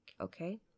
okay